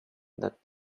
that